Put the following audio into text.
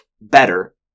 better